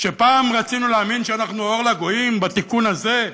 שפעם רצינו להאמין שאנחנו אור לגויים בתיקון הזה.